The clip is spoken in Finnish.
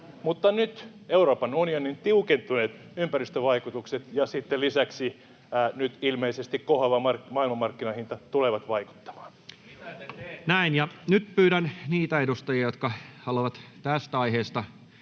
mutta nyt Euroopan unionin tiukentuneet ympäristövaatimukset ja sitten lisäksi nyt ilmeisesti kohoava maailmanmarkkinahinta tulevat vaikuttamaan. [Eduskunnasta: Mitä te teette?] Näin. — Nyt pyydän niitä edustajia, jotka haluavat tästä aiheesta